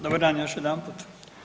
Dobar dan još jedanput.